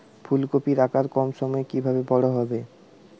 ফুলকপির আকার কম সময়ে কিভাবে বড় হবে?